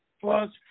plus